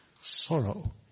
Sorrow